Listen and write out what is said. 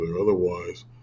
Otherwise